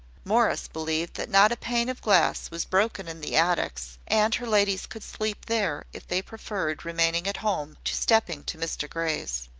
morris believed that not a pane of glass was broken in the attics, and her ladies could sleep there, if they preferred remaining at home to stepping to mr grey's.